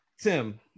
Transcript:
Tim